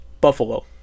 Buffalo